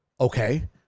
okay